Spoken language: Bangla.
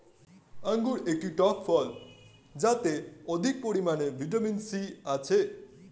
আঙুর একটি টক ফল যাতে অধিক পরিমাণে ভিটামিন সি থাকে